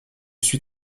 suis